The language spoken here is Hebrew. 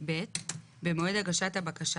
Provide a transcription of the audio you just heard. )ב)במועד הגשת הבקשה,